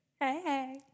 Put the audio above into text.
Hey